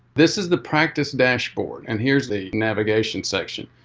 this is the practice dashboard, and here's the navigation section.